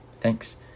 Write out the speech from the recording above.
Thanks